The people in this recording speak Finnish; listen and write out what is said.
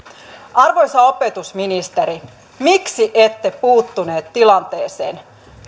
arvoisa opetusministeri miksi ette puuttunut tilanteeseen